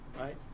right